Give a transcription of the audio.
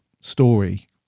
story